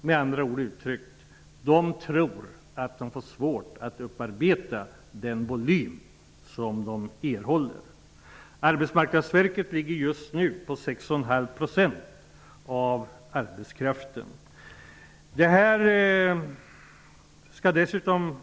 Med andra ord tror man att man det blir svårt att göra av med den volym som man erhåller. Arbetsmarknadsverket ligger just nu på 6,5 % av arbetskraften.